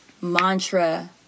mantra